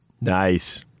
Nice